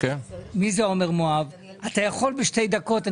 בבקשה, שתי דקות.